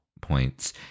points